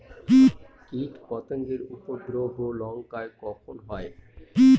কীটপতেঙ্গর উপদ্রব লঙ্কায় কখন হয়?